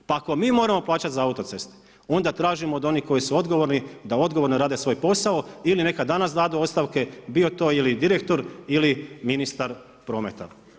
Pa ako mi moramo plaćati za autoceste, onda tražim od onih koji su odgovorni da odgovorno rade svoj posao ili neka danas dadu ostavke bio to ili direktor ili ministar prometa.